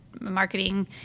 marketing